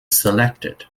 selected